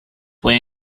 way